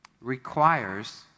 requires